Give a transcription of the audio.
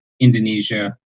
Indonesia